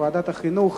בוועדת החינוך.